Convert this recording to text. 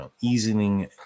easing